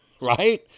right